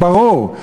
ברור.